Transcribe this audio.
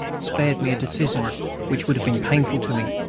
spared me a decision which would have been painful to me.